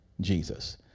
Jesus